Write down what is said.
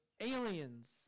aliens